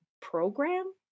program